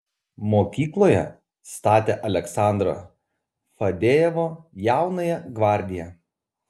mokykloje statė aleksandro fadejevo jaunąją gvardiją